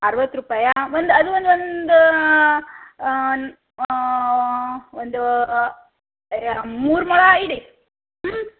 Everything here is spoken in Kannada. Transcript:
ಅರವತ್ತು ರೂಪಾಯಾ ಒಂದು ಅದು ಒಂದು ಒಂದು ಒಂದೂ ಮೂರು ಮೊಳ ಇಡಿ ಹ್ಞೂ